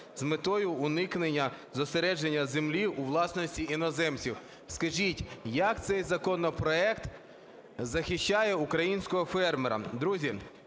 з метою уникнення зосередження землі у власності іноземців? Скажіть, як цей законопроект захищає українського фермера? Друзі,